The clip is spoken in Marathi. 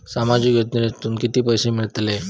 सामाजिक योजनेतून किती पैसे मिळतले?